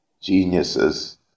geniuses